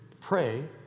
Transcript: pray